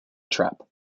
trap